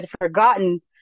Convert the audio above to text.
forgotten